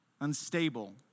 unstable